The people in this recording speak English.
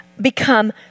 become